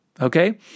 okay